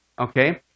Okay